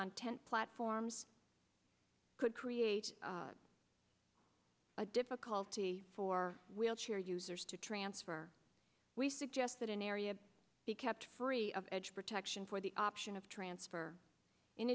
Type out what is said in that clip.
on tent platforms could create a difficulty for wheelchair users to transfer we suggest that an area be kept free of edge protection for the option of transfer in